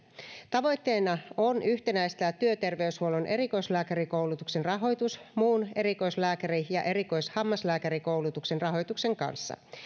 tavoitteena on yhtenäistää työterveyshuollon erikoislääkärikoulutuksen rahoitus muun erikoislääkäri ja erikoishammaslääkärikoulutuksen rahoituksen kanssa